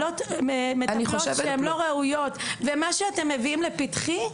מטפלות שהן לא ראויות ומה שאתם מביאים לפתחי,